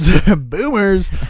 Boomers